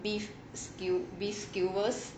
beef skew~ skewers